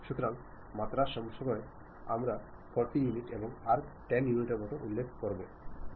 সুতরাং মাত্রা সবসময় আমরা 40 ইউনিট এবং আর্ক 10 ইউনিট মত উল্লেখ করবো